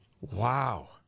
Wow